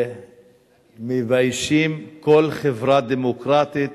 שמביישים כל חברה דמוקרטית